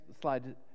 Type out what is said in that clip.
slide